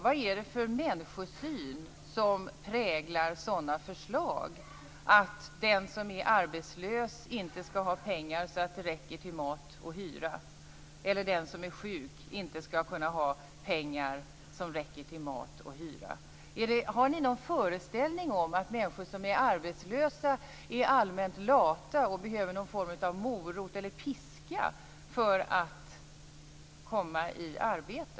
Vad är det för människosyn som präglar sådana förslag, dvs. att den som är arbetslös eller sjuk inte skall ha tillräckligt med pengar till mat och hyra? Har ni någon föreställning om att människor som är arbetslösa är allmänt lata och behöver någon form av morot eller piska för att skaffa sig ett arbete?